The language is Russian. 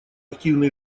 активно